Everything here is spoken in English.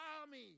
army